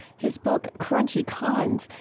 his book, crunchy cons,